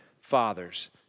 Fathers